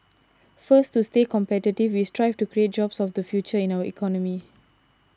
first to stay competitive we strive to create jobs of the future in our economy